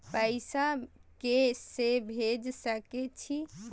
पैसा के से भेज सके छी?